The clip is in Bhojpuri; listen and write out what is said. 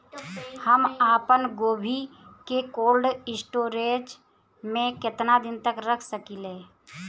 हम आपनगोभि के कोल्ड स्टोरेजऽ में केतना दिन तक रख सकिले?